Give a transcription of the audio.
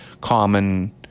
common